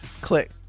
click